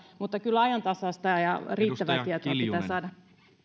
mutta kyllä ajantasaista ja ja riittävää tietoa pitää saada